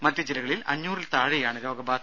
മറ്റ് ജില്ലകളിൽ അഞ്ഞൂറിൽ താഴെയാണ് രോഗബാധ